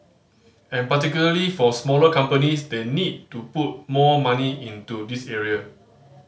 and particularly for smaller companies they need to put more money into this area